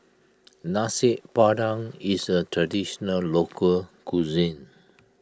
Nasi Padang is a Traditional Local Cuisine